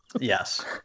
Yes